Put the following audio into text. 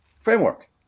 framework